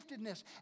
giftedness